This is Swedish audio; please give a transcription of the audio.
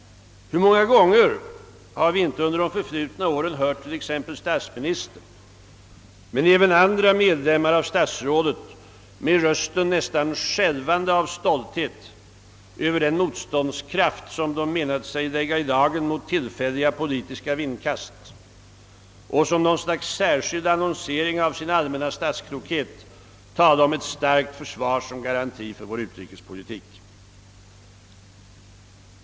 Hur många gånger har vi inte under de förflutna åren hört t.ex. statsministern men även andra medlemmar av statsrådet med röster nästan självande av stolthet över den motståndskraft som de menat sig lägga i dagen mot tillfälliga politiska vindkast och som något slags särskild annonsering av sin allmänna statsklokhet tala om ett starkt försvar som garanti för vår utrikespolitik?